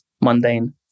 mundane